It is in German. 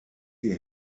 die